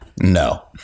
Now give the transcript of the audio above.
No